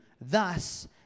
thus